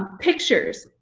pictures,